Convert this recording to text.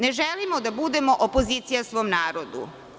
Ne želimo da budemo opozicija svom narodu.